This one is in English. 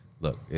look